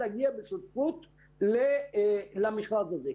להגיע בשותפות למכרז הזה.